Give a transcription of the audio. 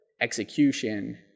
execution